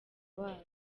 wabo